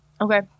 Okay